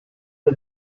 the